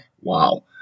wow